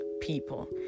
people